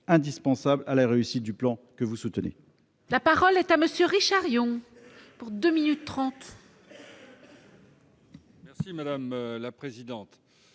indispensable à la réussite du plan que vous soutenez.